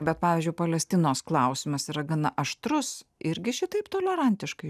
bet pavyzdžiui palestinos klausimas yra gana aštrus irgi šitaip tolerantiškai